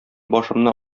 башымны